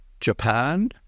Japan